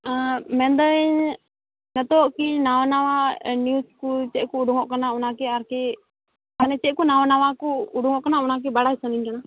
ᱚ ᱢᱮᱱᱫᱟᱹᱧ ᱱᱤᱛᱚᱜ ᱠᱤ ᱱᱟᱣᱟ ᱱᱟᱣᱟ ᱱᱤᱭᱩᱡᱽ ᱠᱚ ᱪᱮᱫ ᱠᱚ ᱩᱰᱩᱝᱚᱜ ᱠᱟᱱᱟ ᱚᱱᱟ ᱜᱮ ᱟᱨᱠᱤ ᱢᱟᱱᱮ ᱪᱮᱫ ᱠᱚ ᱱᱟᱣᱟ ᱱᱟᱣᱟ ᱠᱚ ᱩᱰᱩᱝᱚᱜ ᱠᱟᱱᱟ ᱚᱱᱟ ᱜᱮ ᱵᱟᱲᱟᱭ ᱥᱟᱱᱟᱧ ᱠᱟᱱᱟ